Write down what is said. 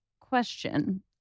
Question